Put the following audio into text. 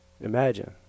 Imagine